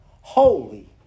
Holy